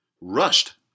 rushed